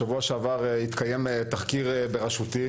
בשבוע שעבר התקיים תחקיר בראשותי,